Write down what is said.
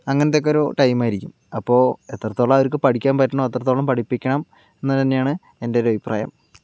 അങ്ങനത്തെയൊക്കെ ഒരു ടൈമായിരിക്കും അപ്പോൾ എത്രത്തോളം അവർക്ക് പഠിക്കാൻ പറ്റണോ അത്രത്തോളം പഠിപ്പിക്കണം എന്ന് തന്നെയാണ് എൻ്റെ ഒരു അഭിപ്രായം